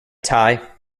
tie